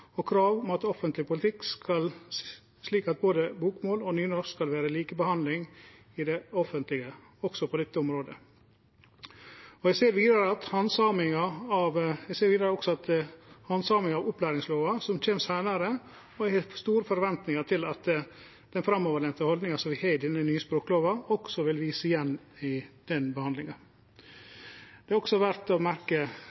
og krav om at offentleg politikk skal vere slik at både bokmål og nynorsk skal ha lik handsaming i det offentlege – også på dette området. Eg ser vidare også at handsaming av opplæringslova kjem seinare, og eg har store forventningar til at den framoverlente haldninga som vi har i denne nye språklova, også vil vise igjen i den